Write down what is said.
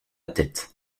tête